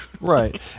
Right